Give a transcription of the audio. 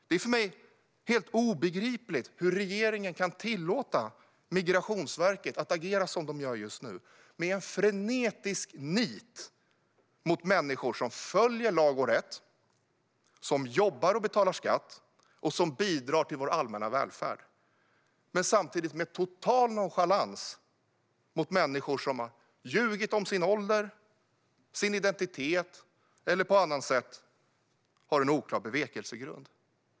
Det är för mig helt obegripligt hur regeringen kan tillåta Migrationsverket att agera som det just nu gör, med en frenetisk nit mot människor som följer lag och rätt, som jobbar och betalar skatt och som bidrar till vår allmänna välfärd, men samtidigt med total nonchalans mot människor som har ljugit om sin ålder eller sin identitet eller på annat sätt har en oklar bevekelsegrund.